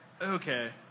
Okay